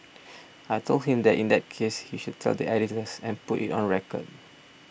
I told him that in that case he should tell the editors and put it on record